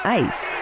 ice